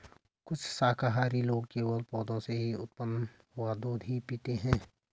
कुछ शाकाहारी लोग केवल पौधों से उत्पन्न हुआ दूध ही पीते हैं